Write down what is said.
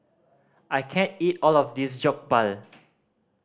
I can't eat all of this Jokbal